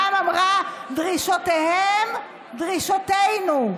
רע"מ אמרה: דרישותיהם, דרישותינו,